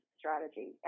strategy